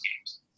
games